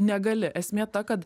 negali esmė ta kad